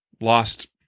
lost